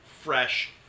fresh